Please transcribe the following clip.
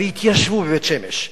והתיישבו בבית-שמש.